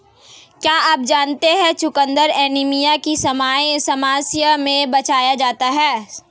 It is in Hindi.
क्या आप जानते है चुकंदर एनीमिया की समस्या से बचाता है?